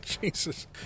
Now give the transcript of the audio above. Jesus